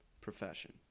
profession